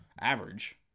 average